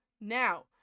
Now